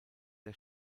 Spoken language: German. der